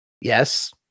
Yes